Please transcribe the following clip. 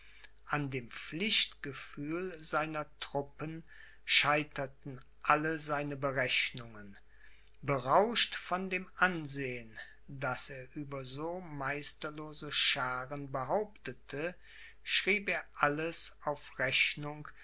an dem pflichtgefühl seiner trnppen scheiterten alle seine berechnungen berauscht von dem ansehen das er über so meisterlose schaaren behauptete schrieb er alles auf rechnung